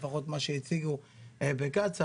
לפחות מה שהציגו בקצא"א,